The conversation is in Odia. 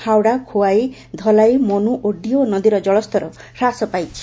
ହାଓ୍ୱଡା ଖୋୱାଇ ଧଲାଇ ମନୁ ଓ ଡିଓ ନଦୀର ଜଳସ୍ତର ହାସ ପାଇଛି